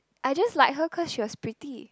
I just like her cause she was pretty